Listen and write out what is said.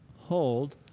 hold